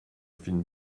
film